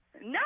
No